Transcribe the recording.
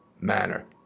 manner